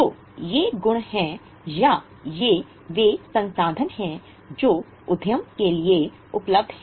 तो ये गुण हैं या ये वे संसाधन हैं जो उद्यम के साथ उपलब्ध हैं